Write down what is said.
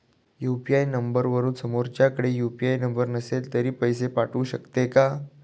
UPI नंबरवरून समोरच्याकडे UPI number नसेल तरी पैसे पाठवू शकते का?